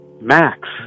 Max